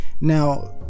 Now